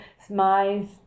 smiles